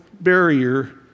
barrier